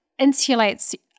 insulates